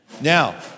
now